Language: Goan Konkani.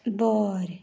बरें